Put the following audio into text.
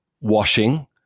washing